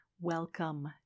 Welcome